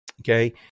Okay